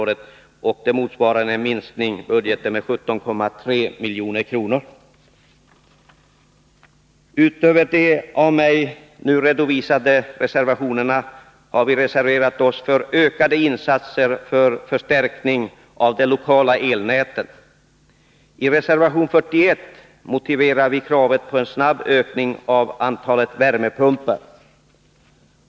Detta innebär en minskning av budgeten med 17,3 milj.kr. Utöver de av mig nu redovisade reservationerna har vi reserverat oss för ökade insatser för förstärkning av de lokala elnäten. I reservation 41 motiverar vi kravet på en snabb ökning av antalet värmepumpar.